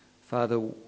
Father